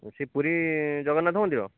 ଓ ସେହି ପୁରୀ ଜଗନ୍ନାଥ ମନ୍ଦିର